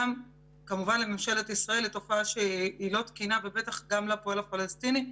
כמובן לממשלת ישראל זו תופעה לא תקינה ובטח גם לפועל הפלסטיני,